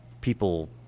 People